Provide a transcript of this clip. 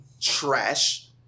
Trash